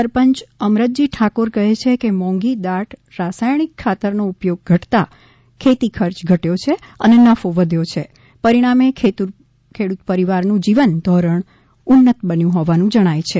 સરપંચ અમરતજી ઠાકોર કહે છે કે મોંઘદાટ રાસાયણિક ખાતરનો ઉપયોગ ઘટતા ખેતી ખર્ચ ઘટ્યો છે અને નફો વધ્યો છે પરિણામે ખેડૂત પરિવાર નું જીવન ધોરણ ઉન્નત બન્યું હોવાનું જણાય છે